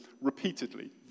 Repeatedly